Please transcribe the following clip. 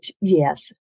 yes